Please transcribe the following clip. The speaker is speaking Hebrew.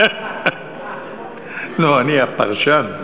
לא, אני הפרשן.